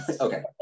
Okay